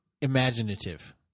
imaginative